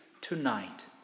Tonight